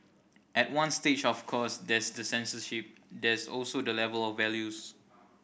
at one stage of course there's the censorship there's also the level of values